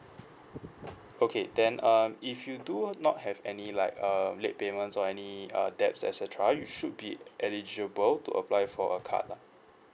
okay then um if you do not have any like uh late payments or any uh debts et cetera you should be eligible to apply for a card lah